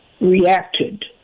reacted